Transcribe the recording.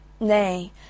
Nay